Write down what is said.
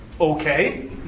okay